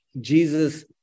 Jesus